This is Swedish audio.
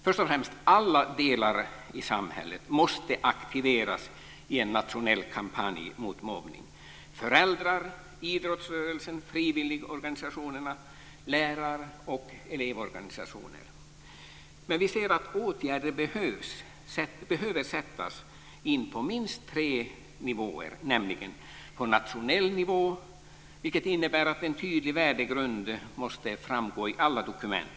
Först och främst måste alla delar i samhället aktiveras i en nationell kampanj mot mobbning; föräldrarna, idrottsrörelsen, frivilligorganisationerna samt lärar och elevorganisationerna. Vi anser att åtgärder behöver sättas in på minst tre nivåer. De behövs på nationell nivå, vilket innebär att en tydlig värdegrund måste framgå i alla dokument.